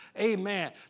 Amen